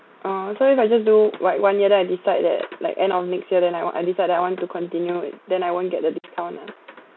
oh so if I just do one one year then I decide that like end of next year then I want I decide that I want to continue it then I won't get the discount lah